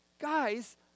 guys